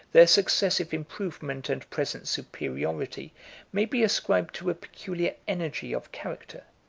their successive improvement and present superiority may be ascribed to a peculiar energy of character,